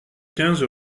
quinze